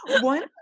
One